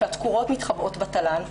שהתקורות מתחברות בתל"ן,